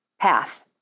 path